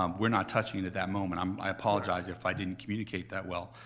um we're not touching it at that moment. um i apologize if i didn't communicate that well.